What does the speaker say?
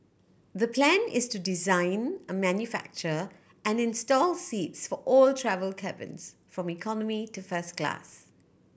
the plan is to design a manufacture and install seats for all travel cabins from economy to first class